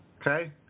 Okay